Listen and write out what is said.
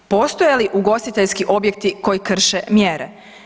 Postoje li ugostiteljski objekti koji krše mjere?